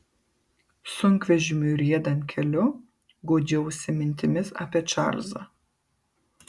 sunkvežimiui riedant keliu guodžiausi mintimis apie čarlzą